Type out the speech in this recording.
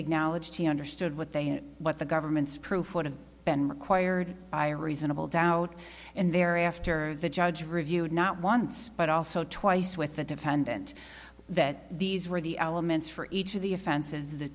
acknowledged he understood what they what the government's proof would have been required by reasonable doubt and thereafter the judge reviewed not once but also twice with the defendant that these were the elements for each of the offens